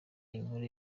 inkuru